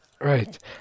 Right